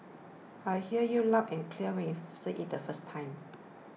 I heard you loud and clear when you said it the first time